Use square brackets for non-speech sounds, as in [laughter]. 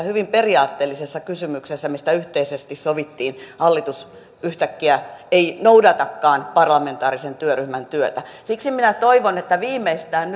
[unintelligible] hyvin periaatteellisessa kysymyksessä mistä yhteisesti sovittiin hallitus yhtäkkiä ei noudatakaan parlamentaarisen työryhmän työtä siksi minä toivon että viimeistään [unintelligible]